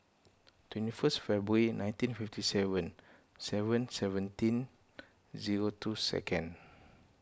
twenty first February nineteen fifty seven seven seventeen zero two second